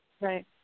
right